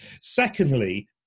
Secondly